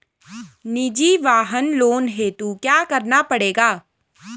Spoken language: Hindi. निजी वाहन लोन हेतु क्या करना पड़ेगा?